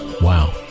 Wow